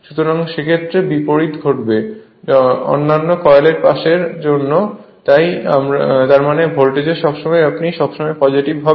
সুতরাং যে ক্ষেত্রে বিপরীত ঘটবে অন্যান্য কয়েল পাশের জন্যও তাই তার মানে ভোল্টেজ সবসময় আপনি সবসময় পজেটিভ হবে